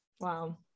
wow